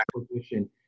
acquisition